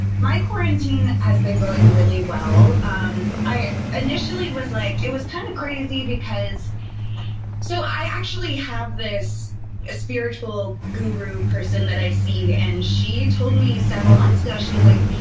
my quarantine has been going really well. um i initially was like, it was kind of crazy because so i actually have this spiritual guru person that i see. and she told me several months ago she was like,